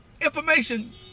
information